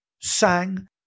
sang